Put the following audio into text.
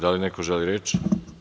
Da li neko želi reč?